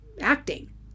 acting